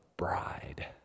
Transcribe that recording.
Bride